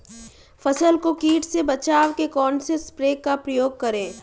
फसल को कीट से बचाव के कौनसे स्प्रे का प्रयोग करें?